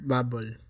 Bubble